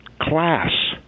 class